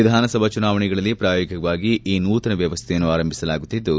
ವಿಧಾನಸಭಾ ಚುನಾವಣೆಗಳಲ್ಲಿ ಪ್ರಾಯೋಗಿಕವಾಗಿ ಈ ನೂತನ ವ್ಯವಸ್ಥೆಯನ್ನು ಆರಂಭಿಸಲಾಗುತ್ತಿದ್ದು